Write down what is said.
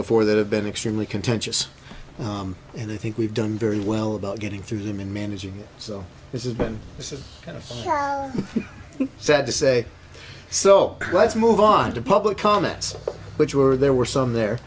before that have been extremely contentious and i think we've done very well about getting through them and managing it so this is been this is kind of sad to say so let's move on to public comments which were there were some